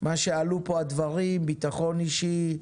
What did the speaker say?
עלו פה דברים כמו ביטחון אישי,